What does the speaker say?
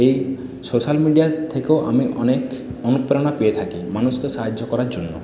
এই সোশ্যাল মিডিয়ার থেকেও আমি অনেক অনুপ্রেরণা পেয়ে থাকি মানুষকে সাহায্য করার জন্য